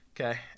Okay